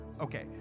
Okay